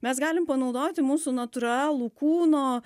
mes galim panaudoti mūsų natūralų kūno